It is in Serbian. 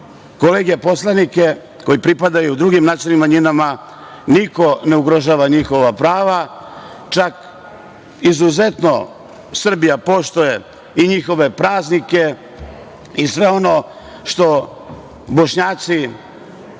kolege poslanike koji pripadaju drugim nacionalnim manjinama, niko ne ugrožava njihova prava, čak izuzetno Srbija poštuje i njihove praznike i sve ono što Bošnjaci